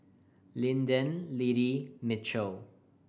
Linden Liddie Mitchel